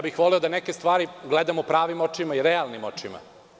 Voleo bih da neke stvari gledamo pravim očima i realnim očima.